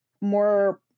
more